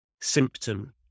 symptom